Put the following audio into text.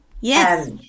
yes